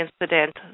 incident